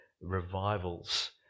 revivals